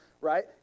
right